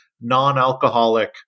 non-alcoholic